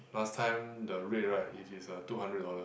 last time the rate right it is uh two hundred dollar